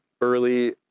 early